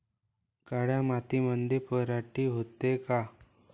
काळ्या मातीमंदी पराटी होते का?